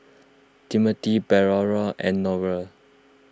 Timmothy Medora and Noelle